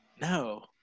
No